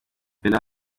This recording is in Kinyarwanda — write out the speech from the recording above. yitwa